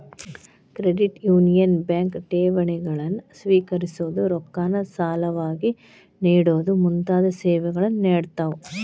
credit union bank ಠೇವಣಿಗಳನ್ನ ಸ್ವೇಕರಿಸೊದು, ರೊಕ್ಕಾನ ಸಾಲವಾಗಿ ನೇಡೊದು ಮುಂತಾದ ಸೇವೆಗಳನ್ನ ನೇಡ್ತಾವ